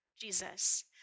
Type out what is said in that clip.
Jesus